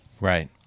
Right